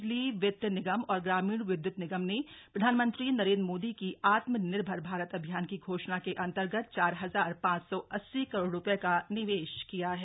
बिजली वित्त निगम और ग्रामीण विदयुत निगम ने प्रधानमंत्री नरेन्द्र मोदी की आत्मनिर्भर भारत अभियान की घोषणा के अंतर्गत चार हजार ांच सौ अस्सी करोड रू ये का निवेश किया है